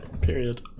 Period